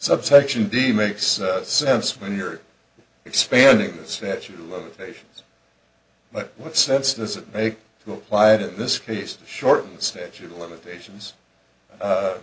subsection d makes sense when you're expanding the statute of limitations but what sense does it make to apply it in this case to shorten the statute of limitations